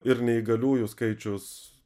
ir neįgaliųjų skaičius